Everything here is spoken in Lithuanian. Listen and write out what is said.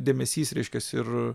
dėmesys reiškias ir